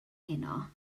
heno